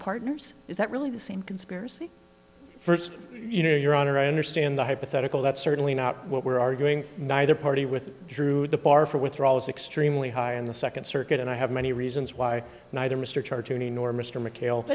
partners is that really the same conspiracy first you know your honor i understand the hypothetical that's certainly not what we're arguing neither party with drew the bar for withdrawal is extremely high and the second circuit and i have many reasons why neither mr charge to me nor